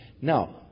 Now